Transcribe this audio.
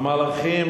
המהלכים